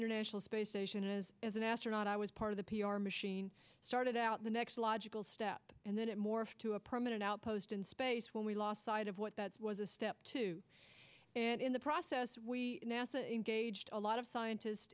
international space station is as an astronaut i was part of the p r machine started out the next logical step and then it morphed to a permanent outpost in space when we lost sight of what that was a step two and in the process we gauged a lot of scientist